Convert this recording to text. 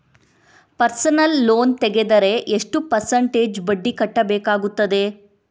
Personal loan ತೆಗೆದರೆ ಎಷ್ಟು percentage ಬಡ್ಡಿ ಕಟ್ಟಬೇಕಾಗುತ್ತದೆ?